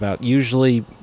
Usually